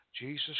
Jesus